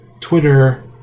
Twitter